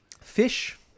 fish